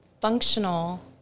Functional